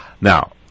Now